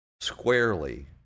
squarely